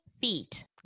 feet